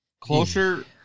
Closer